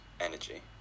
energy